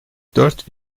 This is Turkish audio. dört